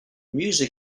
music